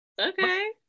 Okay